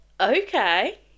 Okay